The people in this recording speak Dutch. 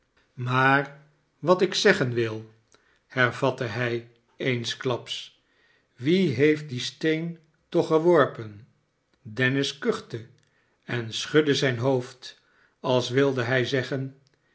maar wat ik zeggen wil hervatte hij eensklaps wie heeft dien steen toch geworpen dennis kuchte en schudde zijn hoofd als wilde hij zeggen